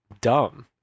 dumb